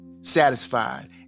satisfied